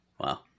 Wow